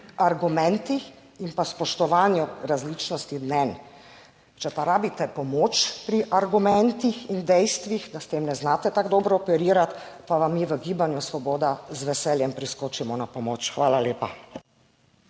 argumentih in pa spoštovanju različnosti mnenj. Če pa rabite pomoč pri argumentih in dejstvih, da s tem ne znate tako dobro operirati, pa vam mi v Gibanju Svoboda z veseljem priskočimo na pomoč. Hvala lepa.